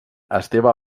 esteve